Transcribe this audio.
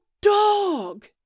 dog